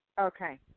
Okay